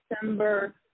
December